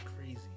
crazy